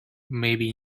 maybe